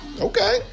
Okay